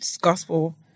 gospel